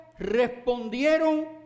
respondieron